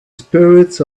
spirits